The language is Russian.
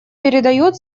передают